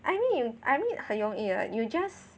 I mean I mean 很容易 like you just